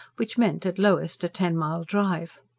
which meant, at lowest, a ten-mile drive.